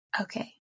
okay